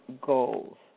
goals